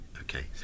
Okay